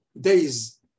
days